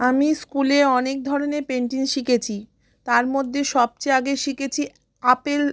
আমি স্কুলে অনেক ধরনের পেন্টিং শিখেছি তার মধ্যে সবচেয়ে আগে শিখেছি আপেল